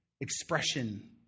expression